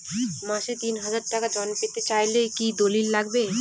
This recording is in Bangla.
মাসে তিন হাজার টাকা ঋণ পেতে চাইলে কি দলিল লাগবে?